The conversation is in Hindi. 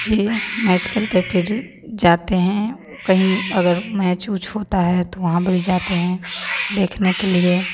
बच्चे मैच खेलते फिर जाते हैं कहीं अगर मैच उच होता है तो वहाँ पर भी जाते हैं देखने के लिए